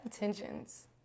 intentions